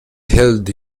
held